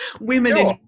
women